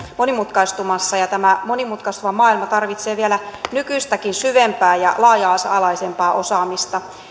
monimutkaistumassa ja tämä monimutkaistuva maailma tarvitsee vielä nykyistäkin syvempää ja laaja alaisempaa osaamista